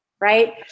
right